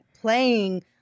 playing